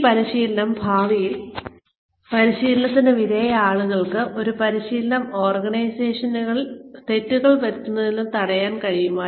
ഈ പരിശീലനം ഭാവിയിൽ ഈ പരിശീലനത്തിന് വിധേയരായ ആളുകൾക്ക് ആ പരിശീലനം ഓർഗനൈസേഷനെ തെറ്റുകൾ വരുത്തുന്നതിൽ നിന്ന് തടയാൻ കഴിയുമോ